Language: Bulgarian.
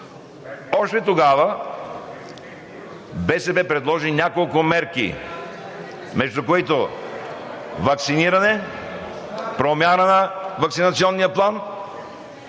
Още тогава БСП предложи няколко мерки, между които ваксиниране, промяна на ваксинационния план.